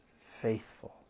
faithful